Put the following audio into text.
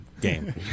Game